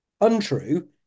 untrue